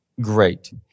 Great